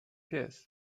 pies